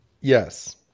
Yes